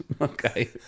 Okay